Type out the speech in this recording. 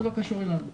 זה לא קשור אלינו.